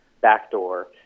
backdoor